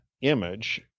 image